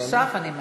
עכשיו אני מאפסת.